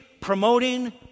promoting